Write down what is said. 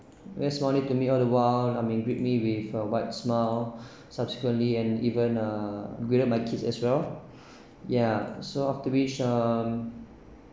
very smiley to me all the while I mean greet me with a wide smile subsequently and even a greeted my kids as well ya so after which um